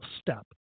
step